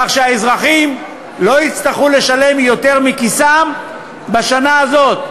כך שהאזרחים לא יצטרכו לשלם יותר מכיסם בשנה הזאת.